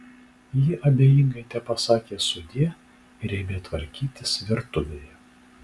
ji abejingai tepasakė sudie ir ėmė tvarkytis virtuvėje